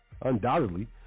Undoubtedly